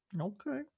Okay